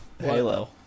Halo